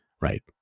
right